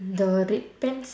the red pants